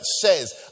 says